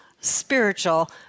spiritual